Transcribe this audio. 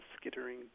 skittering